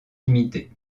limitées